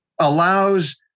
Allows